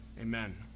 amen